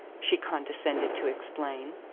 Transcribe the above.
she condescended to explain.